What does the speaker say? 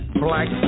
black